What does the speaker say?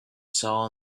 saw